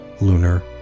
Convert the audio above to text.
lunar